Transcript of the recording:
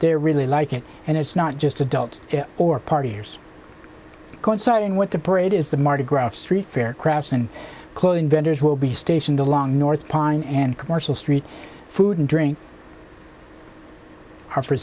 they're really like it and it's not just adults or partiers coinciding with the parade is the mardi gras off street fair crafts and clothing vendors will be stationed along north pine and commercial street food and drink are for